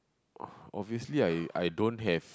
obviously I I don't have